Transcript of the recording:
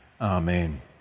Amen